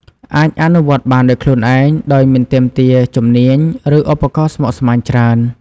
អាចអនុវត្តបានដោយខ្លួនឯង ដោយមិនទាមទារជំនាញ ឬឧបករណ៍ស្មុគស្មាញច្រើន។